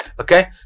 okay